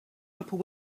upper